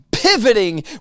pivoting